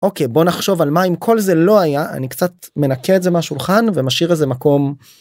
אוקיי, בוא נחשוב על מה אם כל זה לא היה ,אני קצת מנקה את זה מהשולחן ומשאיר איזה מקום.